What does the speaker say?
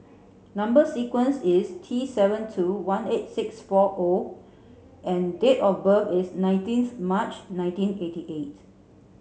number sequence is T seven two one eight six four nine O and date of birth is nineteenth March nineteen eighty eight